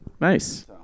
Nice